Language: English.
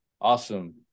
awesome